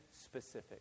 specific